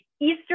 easter